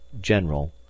General